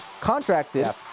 contracted